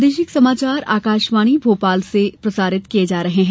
प्रादेशिक समाचार आकाशवाणी भोपाल से प्रसारित किये जा रहे हैं